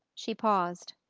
she paused.